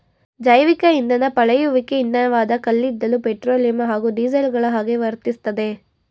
ಜೈವಿಕಇಂಧನ ಪಳೆಯುಳಿಕೆ ಇಂಧನವಾದ ಕಲ್ಲಿದ್ದಲು ಪೆಟ್ರೋಲಿಯಂ ಹಾಗೂ ಡೀಸೆಲ್ಗಳಹಾಗೆ ವರ್ತಿಸ್ತದೆ